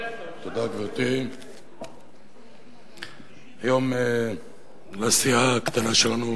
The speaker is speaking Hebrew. גברתי, תודה, היום בסיעה הקטנה שלנו